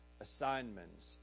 assignments